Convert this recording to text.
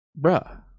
bruh